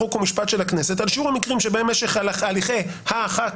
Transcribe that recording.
חוק ומשפט של הכנסת על שיעור המקרים שבהם משך הליכי החקירה